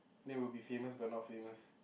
man we'll be famous but not famous